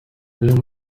uyu